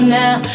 now